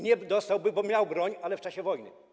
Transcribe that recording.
Nie dostałby, bo miał broń, ale w czasie wojny.